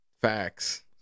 Facts